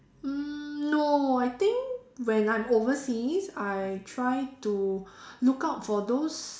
mm no I think when I'm overseas I try to look out for those